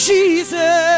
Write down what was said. Jesus